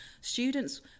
Students